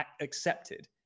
accepted